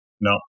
no